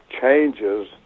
changes